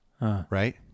right